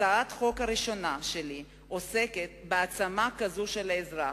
הצעת החוק הראשונה שלי עוסקת בהעצמה כזאת של האזרח.